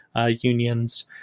Unions